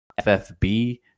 ffb